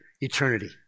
eternity